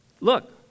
look